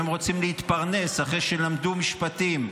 אם הם רוצים להתפרנס אחרי שלמדו משפטים,